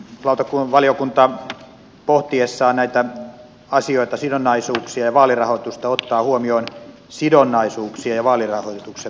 toivonkin että tarkastusvaliokunta pohtiessaan näitä asioita sidonnaisuuksia ja vaalirahoitusta ottaa huomioon sidonnaisuuksien ja vaalirahoituksen väliset yhteydet